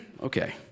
okay